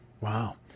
Wow